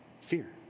fear